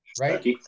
right